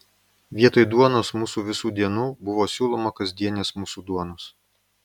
vietoj duonos mūsų visų dienų buvo siūloma kasdienės mūsų duonos